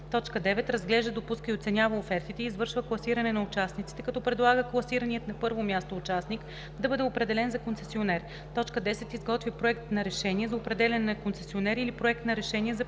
оферта; 9. разглежда, допуска и оценява офертите и извършва класиране на участниците, като предлага класираният на първо място участник да бъде определен за концесионер; 10. изготвя проект на решение за определяне на концесионер или проект на решение за прекратяване